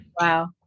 Wow